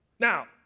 Now